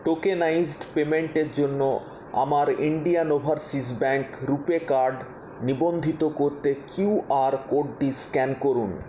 tokenised পেমেন্টের জন্য আমার Indian overseas bank RuPay card নিবন্ধিত করতে কিউআর কোডটি স্ক্যান করুন